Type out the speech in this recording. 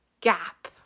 gap